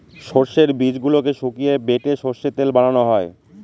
সর্ষের বীজগুলোকে শুকিয়ে বেটে সর্ষের তেল বানানো হয়